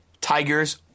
Tigers